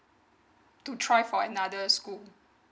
to try for another school